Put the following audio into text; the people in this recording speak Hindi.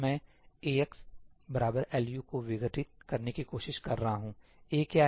मैं AxLU को विघटित करने की कोशिश कर रहा हूं A क्या है